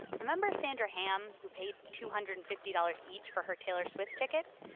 remember sandra hamm, who paid two hundred and fifty dollars each for her taylor swift tickets?